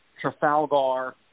Trafalgar